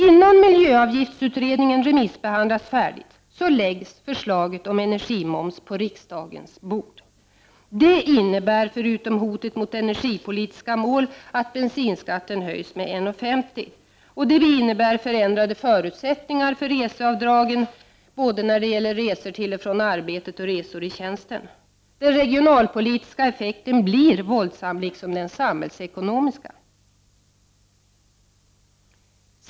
Innan miljöavgiftsutredningen remissbehandlats färdigt läggs förslaget om energimoms på riksdagens bord. Det innebär, förutom hotet mot energipolitiska mål, att bensinskatten höjs med 1:50 kr. Detta innebär ändrade förutsättningar för reseavdragen när det gäller både resor till och från arbetet och resor i tjänsten. Den regionalpolitiska effekten blir våldsam, liksom den samhällsekonomiska.